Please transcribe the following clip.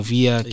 Via